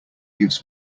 gives